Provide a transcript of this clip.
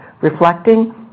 reflecting